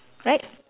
right